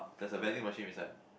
there's a vending machine beside ah